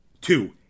two